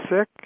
sick